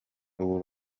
ubu